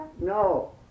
No